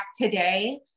today